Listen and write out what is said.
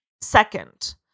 Second